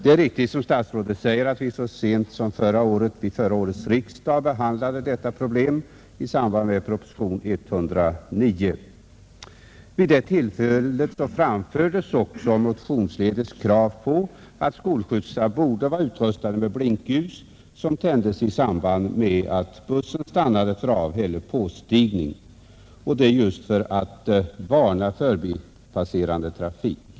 Det är riktigt som statsrådet säger, att vi så sent som vid förra årets riksdag behandlade detta problem i samband med propositionen 109. Vid det tillfället framfördes också motionsvägen krav på att skolskjutsar borde vara utrustade med blinkljus som skulle tändas i samband med att bussen stannade för aveller påstigning, detta för att varna förbipasserande trafikanter.